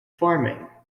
farming